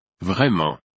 vraiment